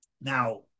Now